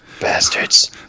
bastards